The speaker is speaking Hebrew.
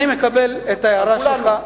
אני מקבל את ההערה שלך,